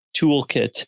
toolkit